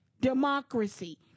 Democracy